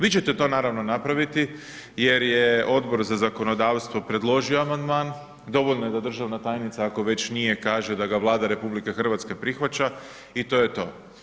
Vi ćete to naravno napraviti, jer je Odbor za zakonodavstvo predložio amandman, dovoljno je da državna tajnica, ako već nije kaže, da ga Vlada RH prihvaća i to je to.